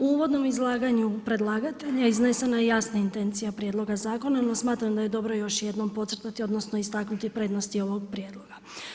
U uvodnom izlaganju predlagatelja iznesena je jasna intencija prijedloga zakona no smatram da je dobro još jednom podcrtati odnosno istaknuti prednosti ovog prijedloga.